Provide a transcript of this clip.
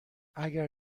اگر